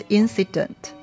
incident